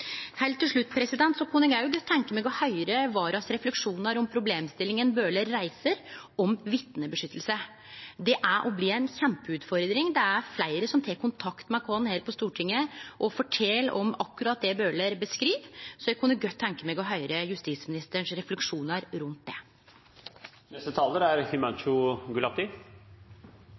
Heilt til slutt kunne eg tenkje meg å høyre Waras refleksjonar om problemstillinga Bøhler reiser om vitnevern. Det er og blir ei kjempeutfordring. Det er fleire som tek kontakt med oss her på Stortinget og fortel om akkurat det Bøhler beskriv, så eg kunne godt tenkje meg å høyre justisministerens refleksjonar rundt det. Jeg er